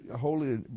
holy